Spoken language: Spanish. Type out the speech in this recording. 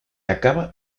acaba